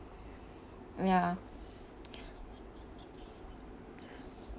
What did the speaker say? ya